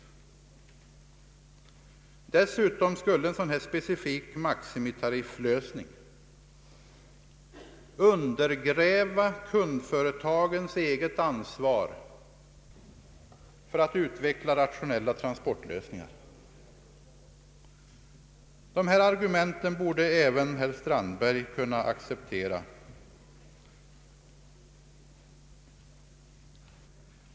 Dessutom skulle en dylik specifik maximitarifflösning undergräva kundföretagens eget ansvar för att utveckla rationella transportlösningar. Dessa argument borde även herr Strandberg kunna acceptera.